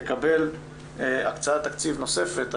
יקבל הקצאת תקציב נוספת.